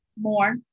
More